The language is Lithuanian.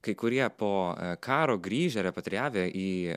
kai kurie po karo grįžę repatrijavę į